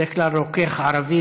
בדרך כלל רוקח ערבי,